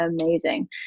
amazing